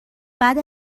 بعد